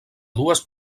dues